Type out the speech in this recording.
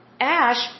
ash